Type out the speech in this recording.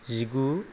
जिगु